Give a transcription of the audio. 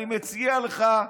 אני מציע לך,